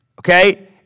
Okay